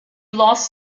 lost